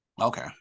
okay